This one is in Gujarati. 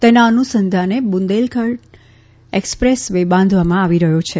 તેના અનુસંધાને બુંદેલખંડ એકસપ્રેસ વે બાંધવામાં આવી રહ્યો છે